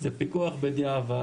זה פיקוח בדיעבד.